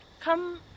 come